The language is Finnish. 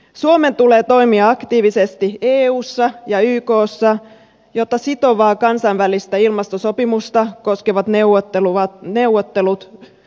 suomen tulee toimia aktiivisesti eussa ja ykssa jotta sitovaa kansainvälistä ilmastosopimusta koskevat neuvottelut toteutuisivat